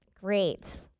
Great